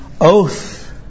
oath